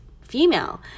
female